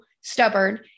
stubborn